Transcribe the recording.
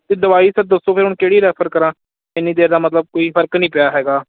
ਅਤੇ ਦਵਾਈ ਸਰ ਦੱਸੋ ਫਿਰ ਹੁਣ ਕਿਹੜੀ ਰੈਫਰ ਕਰਾਂ ਇੰਨੀ ਦੇਰ ਦਾ ਮਤਲਬ ਕੋਈ ਫਰਕ ਨਹੀਂ ਪਿਆ ਹੈਗਾ